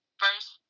first